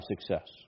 success